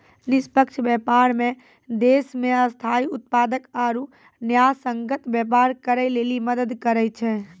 निष्पक्ष व्यापार मे देश मे स्थायी उत्पादक आरू न्यायसंगत व्यापार करै लेली मदद करै छै